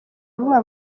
vuba